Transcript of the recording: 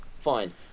Fine